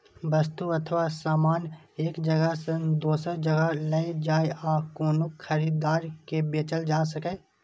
वस्तु अथवा सामान एक जगह सं दोसर जगह लए जाए आ कोनो खरीदार के बेचल जा सकै